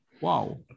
Wow